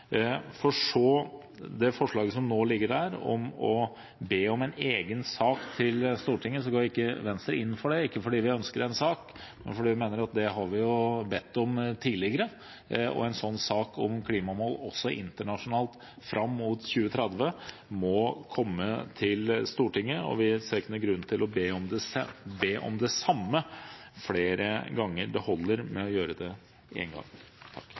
det gjelder det forslaget som nå ligger der om å be om en egen sak til Stortinget, så går ikke Venstre inn for det, ikke fordi vi ikke ønsker en sak, men fordi vi mener at det har vi bedt om tidligere, og fordi en sånn sak om klimamål, også internasjonalt, fram mot 2030 må komme til Stortinget, og vi ser ikke noen grunn til å be om det samme flere ganger. Det holder å gjøre det én gang.